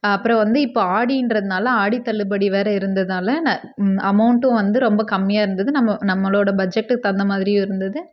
அப்புறம் வந்து இப்போ ஆடின்றதுனால் ஆடி தள்ளுபடி வேறு இருந்ததுனால் அமௌண்டும் வந்து ரொம்ப கம்மியாக இருந்தது நம்ம நம்மளோட பட்ஜெட்க்கு தகுந்த மாதிரியும் இருந்துது